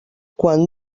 quan